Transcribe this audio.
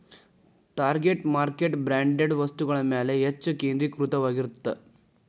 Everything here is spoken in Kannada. ಟಾರ್ಗೆಟ್ ಮಾರ್ಕೆಟ್ ಬ್ರ್ಯಾಂಡೆಡ್ ವಸ್ತುಗಳ ಮ್ಯಾಲೆ ಹೆಚ್ಚ್ ಕೇಂದ್ರೇಕೃತವಾಗಿರತ್ತ